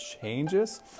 changes